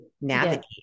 navigate